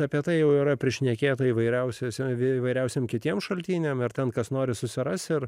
apie tai jau yra prišnekėta įvairiausiose vėjo įvairiausiems kitiems šaltiniams ir tam kas nori susiras ir